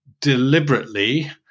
deliberately